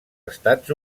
estats